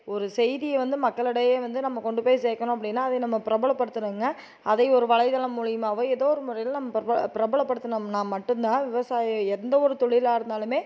ஒரு செய்தியை வந்து மக்களிடையே வந்து நம்ம கொண்டு போய் சேர்க்கணும் அப்படினா அதை நம்ம பிரபலப்படுத்தணுங்க அதை ஒரு வலைத்தளம் மூலியமாகவோ ஏதோ ஒரு முறையில் நம்ம பிரப பிரபலப்படுத்துனம்னா மட்டும்தான் விவசாயம் எந்த ஒரு தொழிலா இருந்தாலுமே